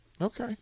Okay